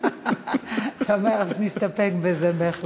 אתה אומר: אז נסתפק בזה.